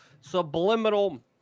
subliminal